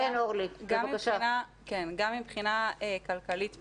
גם מבחינה כלכלית פדגוגית,